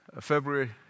February